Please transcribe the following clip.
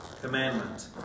commandment